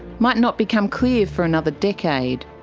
might not become clear for another decade.